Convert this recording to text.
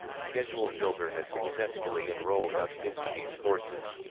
schedule builder has successfully enrolled us into these courses.